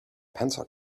pencil